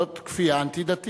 זאת כפייה אנטי-דתית.